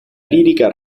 lírica